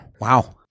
Wow